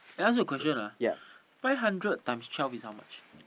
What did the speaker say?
eh I ask you a question ah five hundred times twelve is how much